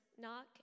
Knock